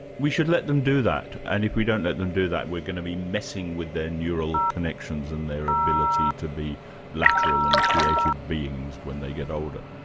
we should let them do that, and if we don't let them do that, we're going to be messing with their neural connections and their ability to be lateral and creative beings when they get older?